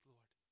Lord